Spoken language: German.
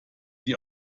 die